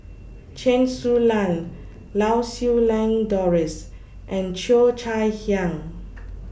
Chen Su Lan Lau Siew Lang Doris and Cheo Chai Hiang